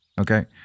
okay